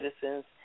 citizens